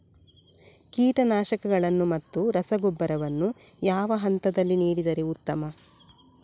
ಕೀಟನಾಶಕಗಳನ್ನು ಮತ್ತು ರಸಗೊಬ್ಬರವನ್ನು ಯಾವ ಹಂತದಲ್ಲಿ ನೀಡಿದರೆ ಉತ್ತಮ?